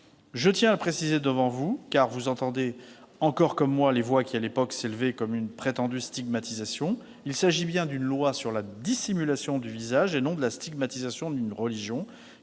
Je tiens à le préciser devant vous, car vous entendez encore comme moi les voix qui, à l'époque, s'élevaient contre une prétendue stigmatisation : il s'agit bien d'une loi sur la dissimulation du visage, et non sur la stigmatisation d'une religion,